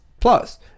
plus